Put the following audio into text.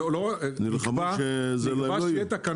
נלחמו שהן לא יהיו?